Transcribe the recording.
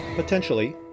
Potentially